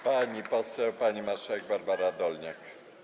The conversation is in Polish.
Pani poseł, pani marszałek Barbara Dolniak.